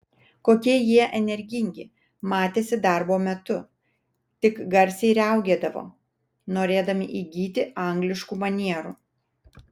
kokie jie energingi matėsi darbo metu tik garsiai riaugėdavo norėdami įgyti angliškų manierų